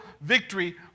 victory